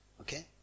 Okay